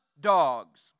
dogs